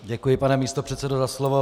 Děkuji, pane místopředsedo, za slovo.